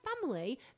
family